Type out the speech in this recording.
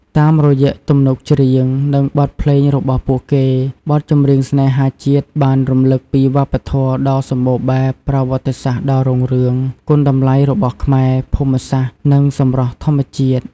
តាមរយៈទំនុកច្រៀង និងបទភ្លេងរបស់ពួកគេ បទចម្រៀងស្នេហាជាតិបានរំឭកពី វប្បធម៌ដ៏សម្បូរបែប ប្រវត្តិសាស្ត្រដ៏រុងរឿង គុណតម្លៃរបស់ខ្មែរ ភូមិសាស្ត្រ និងសម្រស់ធម្មជាតិ។